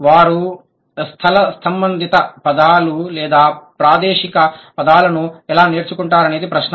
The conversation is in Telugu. వారు స్థల సంబంధిత పదాలు లేదా ప్రాదేశిక పదాలను ఎలా నేర్చుకుంటారనేది ప్రశ్న